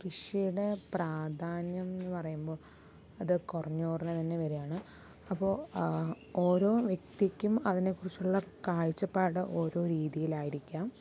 കൃഷിയുടെ പ്രാധാന്യമെന്ന് പറയുമ്പോൾ അത് കുറഞ്ഞ് കുറഞ്ഞു തന്നെ വരുവാണ് അപ്പോൾ ഓരോ വ്യക്തിക്കും അതിനെക്കുറിച്ചുള്ള കാഴ്ചപ്പാട് ഓരോ രീതിയിലായിരിക്കാം